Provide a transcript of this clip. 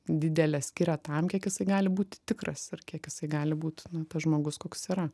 didelę skiria tam kiek jisai gali būti tikras ir kiek jisai gali būt na tas žmogus koks yra